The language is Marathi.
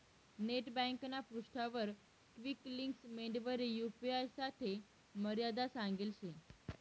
नेट ब्यांकना पृष्ठावर क्वीक लिंक्स मेंडवरी यू.पी.आय साठे मर्यादा सांगेल शे